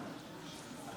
אני